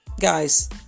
Guys